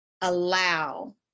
allow